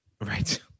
right